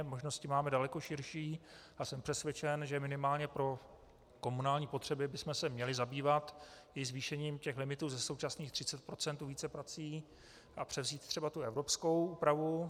Možnosti máme daleko širší a jsem přesvědčen, že minimálně pro komunální potřeby bychom se měli zabývat i zvýšením těch limitů ze současných 30 % u víceprací a převzít třeba tu evropskou úpravu.